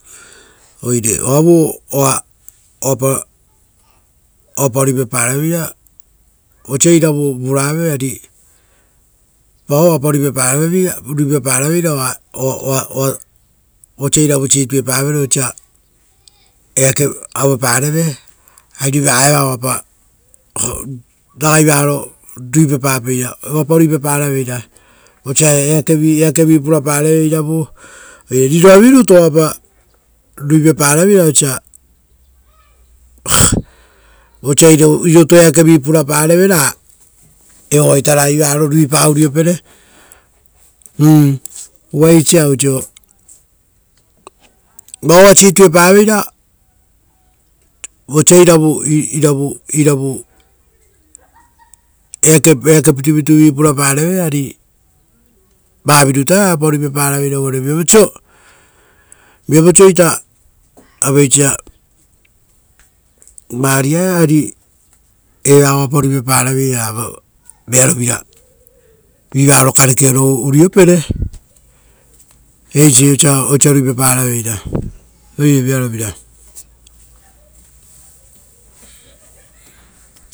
Oire oavu oa- oa- pa- ruipapara veira, aue vosa iravu vuravere. Uva vao oapa ruipaparaveira aue vosa iravu situepa osia oavu purapareve. Oia ragai ruipaparaveira oisio ra iravu situepa osia oavu purapareve. Oia ragai ruipaparaveira oisio ra iravu situepa osa oavu purapareve oire rirovira rutu oavupa ruipaparavere. Uva riroavirutu oapa ruipaparaveira ra evoa ragai varo ruipa uriopere m- uva eisia oisio vosa iravu eake pitupitu purapareve ari ari evapa ruipapa ravere. Vearovira.